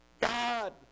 God